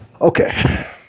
Okay